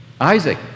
Isaac